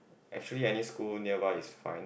actually any school nearby is fine